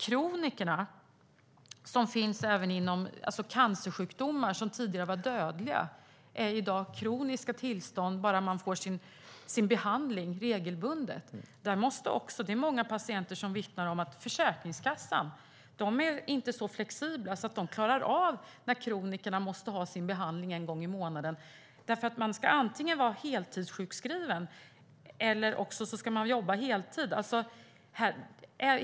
Kronikerna finns även inom andra områden. Cancersjukdomar som tidigare var dödliga är i dag kroniska tillstånd bara människor får sin behandling regelbundet. Det är många patienter som vittnar om att Försäkringskassan inte är så flexibel att den klarar av när kronikerna måste ha sin behandling en gång i månaden. De ska antingen vara heltidssjukskrivna eller så ska de jobba heltid.